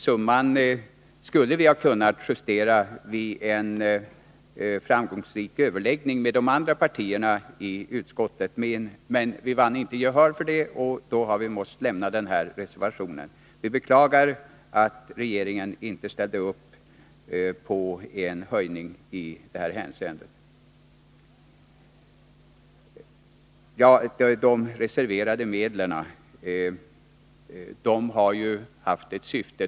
Summan skulle vi ha kunnat justera vid en framgångsrik överläggning med de andra partierna i utskottet. Men vi vann inte gehör för detta. Därför har vi måst avge denna reservation. Vi beklagar att regeringen inte ställde upp på en höjning i detta hänseende. De reserverade medlen har haft ett syfte.